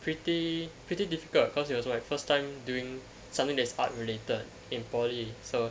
pretty pretty difficult cause it was like my first time doing something that is art related in poly so